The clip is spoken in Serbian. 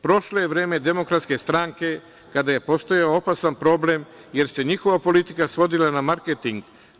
Prošlo je vreme Demokratske stranke, kada je postojao opasan problem, jer se njihova politika svodila na marketing.